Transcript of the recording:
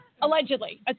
allegedly